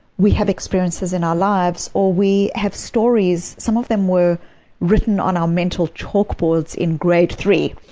we have experiences in our lives, or we have stories. some of them were written on our mental chalkboards in grade three,